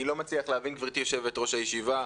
אני לא מצליח להבין גברתי יו"ר הישיבה,